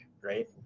right